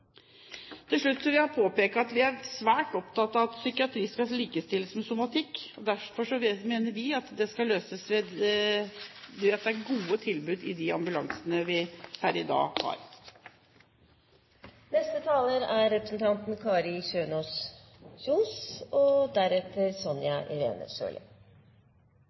Til slutt vil jeg påpeke at vi er svært opptatt av at psykiatri skal likestilles med somatikk, og derfor mener vi at det skal løses ved at det er gode tilbud i de ambulansene vi per i dag